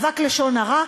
אבק לשון הרע,